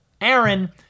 Aaron